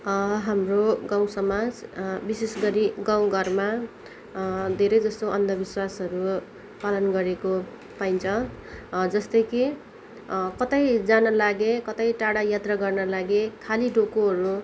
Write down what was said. हाम्रो गाउँ समाज विशेष गरी गाउँ घरमा धेरैजसो अन्धविश्वासहरू पालन गरेको पाइन्छ जस्तै कि कतै जानलागे कतै टाढा यात्रा गर्नलागे खाली डोकोहरू